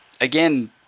again